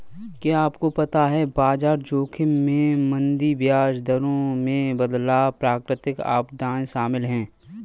क्या आपको पता है बाजार जोखिम में मंदी, ब्याज दरों में बदलाव, प्राकृतिक आपदाएं शामिल हैं?